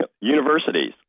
Universities